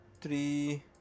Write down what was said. three